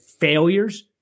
failures